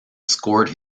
scored